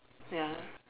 ya